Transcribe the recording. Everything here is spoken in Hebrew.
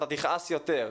אתה תכעס יותר.